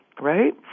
right